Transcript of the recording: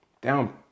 down